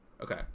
okay